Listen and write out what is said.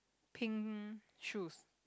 pink shoes